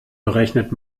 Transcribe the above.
berechnet